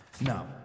Now